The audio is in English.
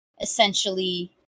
essentially